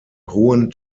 hohen